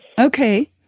okay